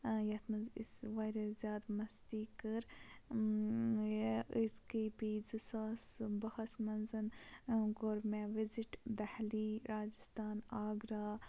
یَتھ منٛز أسۍ واریاہ زیادٕ مستی کٔر أسۍ گٔے پی زٕ ساس باہَس منٛز کوٚر مےٚ وِزِٹ دہلی راجِستان آگرا